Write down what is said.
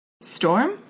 Storm